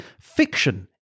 Fiction